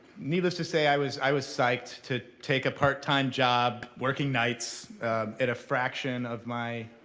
needless to say, i was i was psyched to take a part time job working nights at a fraction of my